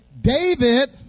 David